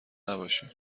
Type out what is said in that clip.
نباشین